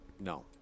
No